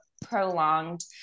prolonged